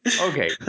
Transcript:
Okay